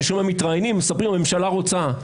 אני שומע שמתראיינים ומספרים שהממשלה רוצה.